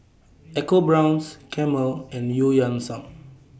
EcoBrown's Camel and EU Yan Sang